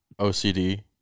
OCD